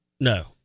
no